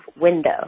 window